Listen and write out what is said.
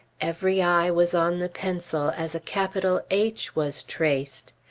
every eye was on the pencil as a capital h was traced.